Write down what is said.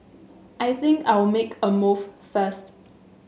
I think I'll make a move first